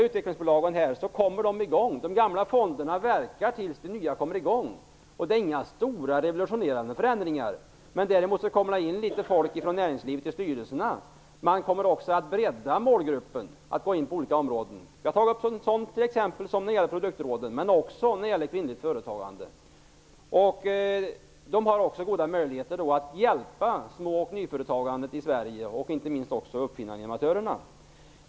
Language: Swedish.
Utvecklingsbolagen kommer i gång. Men de gamla fonderna verkar tills de nya kommer i gång. Det är inte fråga om stora och revolutionerande förändringar. Däremot kommer folk från näringslivet in i styrelserna. Vidare kommer målgruppen att breddas. Man går alltså in på olika områden. Det gäller t.ex. de nya produktråden och det kvinnliga företagandet. De här har goda möjligheter att hjälpa små och nyföretagandet i Sverige men också, och inte minst, uppfinnarna/innovatörerna.